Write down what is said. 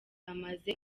bamaze